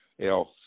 else